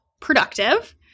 productive